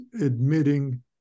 admitting